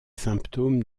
symptômes